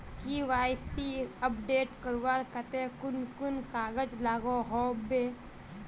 KYC update करवार केते कुन कुन कागज लागोहो होबे?